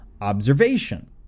observation